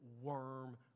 worm